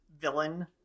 villain